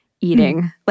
eating